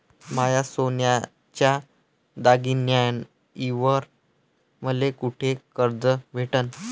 माया सोन्याच्या दागिन्यांइवर मले कुठे कर्ज भेटन?